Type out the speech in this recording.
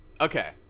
okay